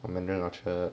oh mandarin orchard